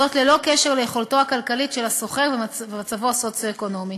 וזאת ללא קשר ליכולתו הכלכלית של השוכר ומצבו הסוציו-אקונומי.